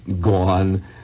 gone